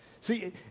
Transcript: See